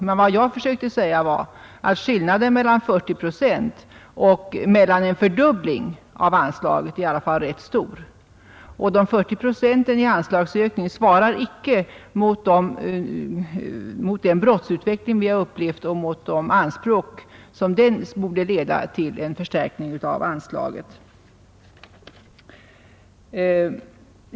Men vad jag försökte säga var att skillnaden mellan en höjning på 40 procent och en fördubbling av anslaget i alla fall är ganska stor. De 40 procenten i anslagsökning svarar icke mot den brottsutveckling vi har upplevt och mot de anspråk på en förstärkning av anslaget som den borde leda till.